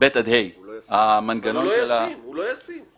הוא לא ישים, הוא לא ישים.